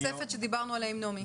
התוספת שדיברנו עליה עם נעמי.